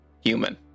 human